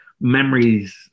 memories